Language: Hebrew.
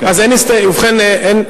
ובכן, אין,